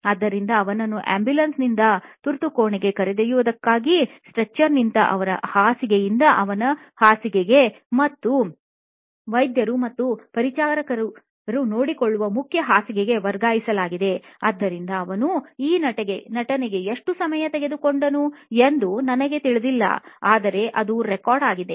ಆದ್ದರಿಂದ ಅವನನ್ನು ಆಂಬ್ಯುಲೆನ್ಸ್ನಿಂದ ತುರ್ತು ಕೋಣೆ ಕರೆದೊಯ್ಯದಕ್ಕಾಗಿ ಸ್ಟ್ರೆಚರ್ನಿಂದ ಅವರ ಹಾಸಿಗೆಯಿಂದ ಅವನ ಹಾಸಿಗೆಗೆ ಮತ್ತು ವೈದ್ಯರು ಮತ್ತು ಪರಿಚಾರಕರು ನೋಡಿಕೊಳ್ಳುವ ಮುಖ್ಯ ಹಾಸಿಗೆಗೆ ವರ್ಗಾಯಿಸಲಾಯಿತುಆದ್ದರಿಂದ ಅವನು ಈ ನಟನೆಗೆ ಎಷ್ಟು ಸಮಯ ತೆಗೆದುಕೊಂಡನು ಎಂದು ನನಗೆ ತಿಳಿದಿಲ್ಲ ಆದರೆ ಅದು ರೆಕಾರ್ಡ್ ಆಗಿದೆ